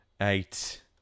eight